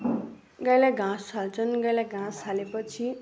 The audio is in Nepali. गाईलाई घाँस हाल्छन् गाईलाई घाँस हालेपछि